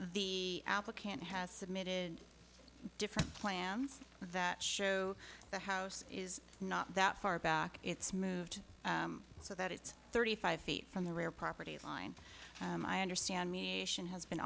the applicant has submitted different plans that show the house is not that far back it's moved so that it's thirty five feet from the rear property line i understand mediation has been